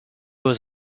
was